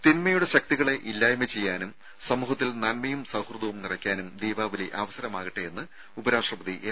തിന്മയുടെ ശക്തികളെ ഇല്ലായ്മ ചെയ്യാനും സമൂഹത്തിൽ നന്മയും സൌഹൃദവും നിറയ്ക്കാനും ദീപാവലി അവസരമാവട്ടെ എന്ന് ഉപരാഷ്ട്രപതി എം